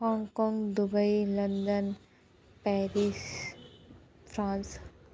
Hong Kong Dubai London Paris France